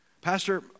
Pastor